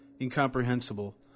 incomprehensible